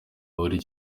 buri